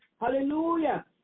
Hallelujah